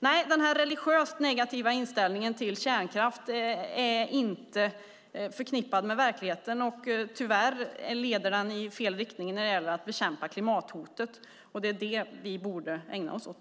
Nej, den här religiöst negativa inställningen till kärnkraft är inte förknippad med verkligheten, och den leder tyvärr i fel riktning när det gäller att bekämpa klimathotet, och det är det vi borde ägna oss åt.